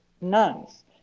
nuns